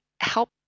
help